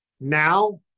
now